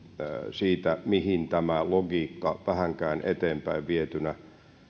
siitä mihin tämä logiikka vähänkään eteenpäinvietynä